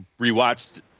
rewatched